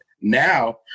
Now